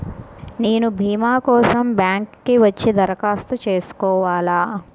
నేను భీమా కోసం బ్యాంక్కి వచ్చి దరఖాస్తు చేసుకోవాలా?